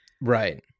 Right